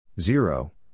zero